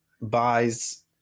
buys